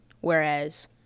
Whereas